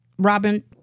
Robin